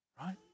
Right